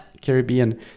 Caribbean